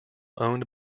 owned